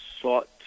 sought